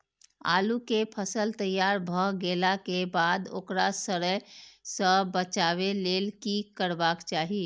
आलू केय फसल तैयार भ गेला के बाद ओकरा सड़य सं बचावय लेल की करबाक चाहि?